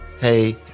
hey